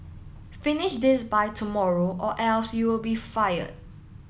finish this by tomorrow or else you'll be fired